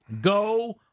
Go